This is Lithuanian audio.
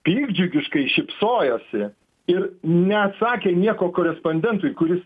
piktdžiugiškai šypsojosi ir neatsakė nieko korespondentui kuris